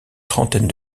trentaine